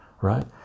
right